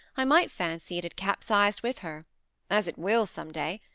i might fancy it had capsized with her as it will some day.